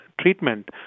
treatment